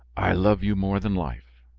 i love you more than life.